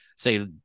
say